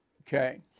okay